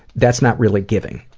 that's not really giving,